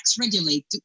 regulate